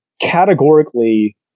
categorically